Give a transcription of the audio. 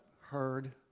heard